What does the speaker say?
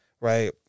Right